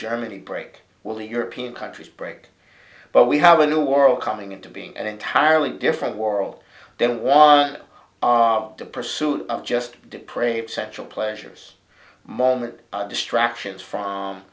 germany break will the european countries break but we have a new world coming into being an entirely different world then one of the pursuit of just didn't pray perceptual pleasures moment distractions from